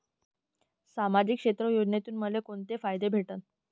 सामाजिक क्षेत्र योजनेतून मले कोंते फायदे भेटन?